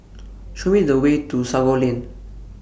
Show Me The Way to Sago Lane